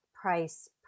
price